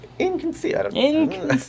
Inconceivable